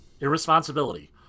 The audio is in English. irresponsibility